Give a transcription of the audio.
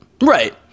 right